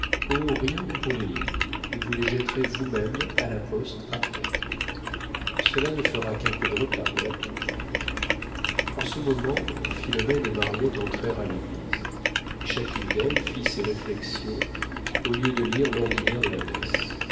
rien que pour lire et vous les jetterez vous-même à la poste après cela ne fera qu'un peu de retard voilà tout en ce moment philomène et mariette entrèrent à l'église et chacune d'elles fit ses réflexions au lieu de lire l'ordinaire de la messe